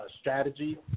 strategy